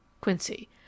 quincy